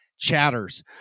Chatters